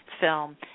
film